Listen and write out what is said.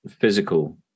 physical